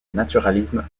naturalisme